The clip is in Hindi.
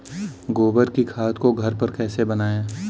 गोबर की खाद को घर पर कैसे बनाएँ?